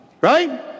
right